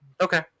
Okay